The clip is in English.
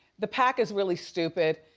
the pack is really stupid.